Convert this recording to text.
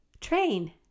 train